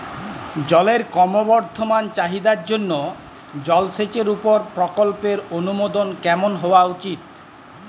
জলের ক্রমবর্ধমান চাহিদার জন্য জলসেচের উপর প্রকল্পের অনুমোদন কেমন হওয়া উচিৎ?